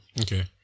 Okay